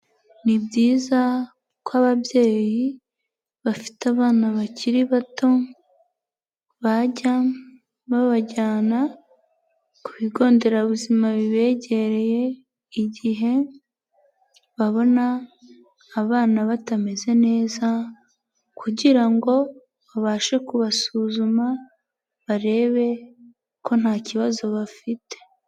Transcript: Ni byiza ko ababyeyi bafite abana bakiri bato bajya babajyana ku bigo nderabuzima bibegereye igihe babona abana batameze neza, kugira ngo babashe kubasuzuma, barebe ko nta kibazo bafite.